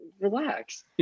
relax